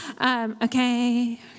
Okay